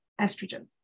estrogen